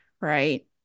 right